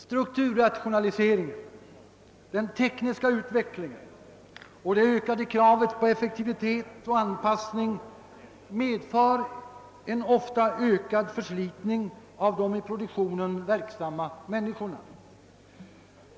Strukturrationaliseringen, den tekniska utvecklingen och det ökade kravet på effektivitet och anpassning medför ofta ökad förslitning av de i produktionen verksamma människorna.